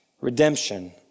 redemption